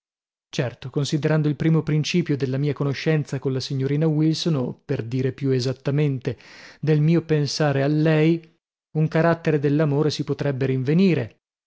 certo considerando il primo principio della mia conoscenza colla signorina wilson o per dire più esattamente del mio pensare a lei un carattere dell'amore si potrebbe rinvenire